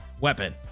weapon